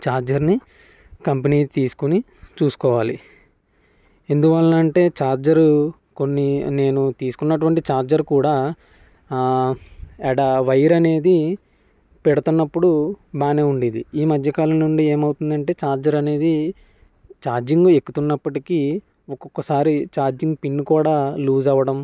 ఛార్జర్ని company తీసుకుని చూసుకోవాలి ఎందువలన అంటే ఛార్జర్ కొన్ని నేను తీసుకున్నటువంటి ఛార్జర్ కూడా అక్కడ వైర్ అనేది పెడుతున్నప్పుడు బాగానే ఉండేది ఈ మధ్యకాలం నుండి ఏమవుతుందంటే ఛార్జర్ అనేది చార్జింగ్ ఎక్కుతున్నప్పటికీ ఒక్కొక్కసారి ఛార్జింగ్ పిన్ కూడా లూస్ అవ్వడం